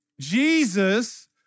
Jesus